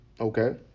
Okay